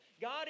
God